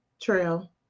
trail